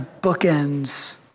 bookends